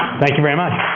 thank you very much.